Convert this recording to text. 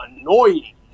annoying